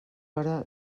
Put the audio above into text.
hora